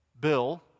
bill